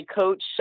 coach